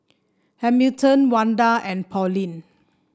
Hamilton Wanda and Pauline